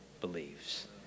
believes